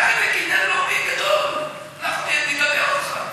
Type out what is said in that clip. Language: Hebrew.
קח את זה כעניין לאומי גדול, אני אגבה אותך.